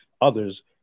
others